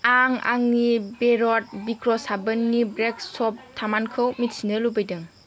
आं आंनि बेरड ब्रिक साबोननि ब्रेक स्प थामानखौ मिथिनो लुबैदों